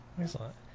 Excellent